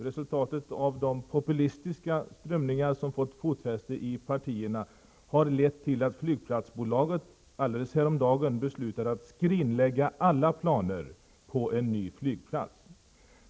Resultatet av de populistiska strömningar som fått fotfäste i partierna har lett till att flygplatsbolaget häromdagen beslutat att skrinlägga alla planer på en ny flygplats.